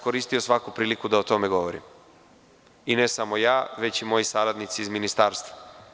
Koristio sam svaku priliku da o tome govorim, i ne samo ja, već moji saradnici iz Ministarstva.